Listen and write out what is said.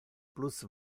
plus